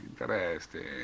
interesting